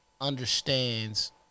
Understands